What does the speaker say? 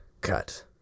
cut